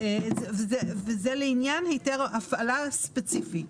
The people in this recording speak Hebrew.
זה לא מספיק.